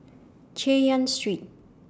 Chay Yan Street